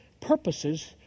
purposes